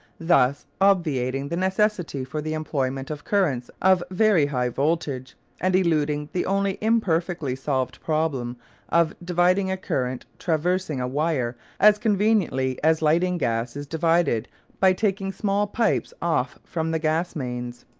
thus obviating the necessity for the employment of currents of very high voltage and eluding the only imperfectly-solved problem of dividing a current traversing a wire as conveniently as lighting gas is divided by taking small pipes off from the gas mains.